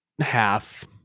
half